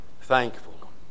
thankful